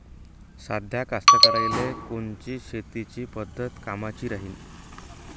साध्या कास्तकाराइले कोनची शेतीची पद्धत कामाची राहीन?